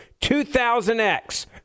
2000X